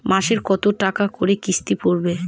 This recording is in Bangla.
মাসে কত টাকা করে কিস্তি পড়বে?